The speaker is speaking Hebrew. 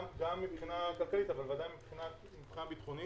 מבחינה אזרחית אבל בוודאי מבחינה ביטחונית.